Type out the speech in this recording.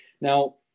Now